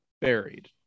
buried